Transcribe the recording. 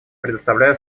предоставляю